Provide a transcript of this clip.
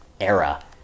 era